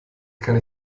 kann